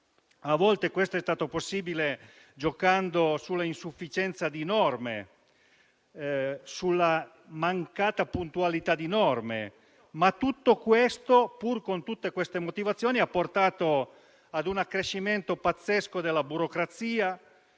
A volte questo è stato possibile giocando sulla insufficienza di norme e sulla loro mancata puntualità. Ma tutto questo, pur con tutte le motivazioni illustrate, ha portato a un accrescimento pazzesco della burocrazia,